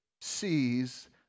sees